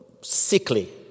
sickly